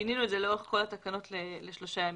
שינינו את זה לאורך כל התקנות לשלושה ימים.